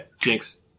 Jinx